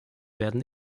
werden